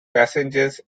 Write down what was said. passengers